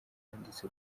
yanditse